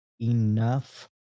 enough